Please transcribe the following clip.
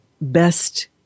best